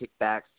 kickbacks